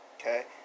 Okay